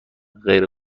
غیر